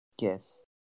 Yes